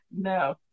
No